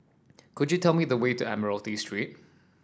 could you tell me the way to Admiralty Street